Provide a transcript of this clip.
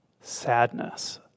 sadness